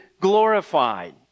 glorified